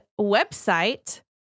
website